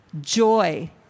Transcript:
Joy